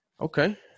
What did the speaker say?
okay